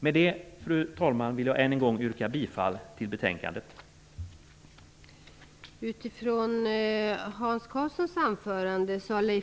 Med detta, fru talman, vill jag än en gång yrka bifall till utskottets hemställan.